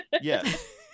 Yes